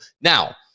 Now